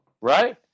Right